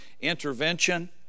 Intervention